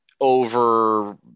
over